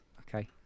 Okay